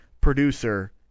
producer